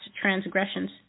transgressions